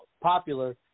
popular